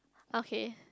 okay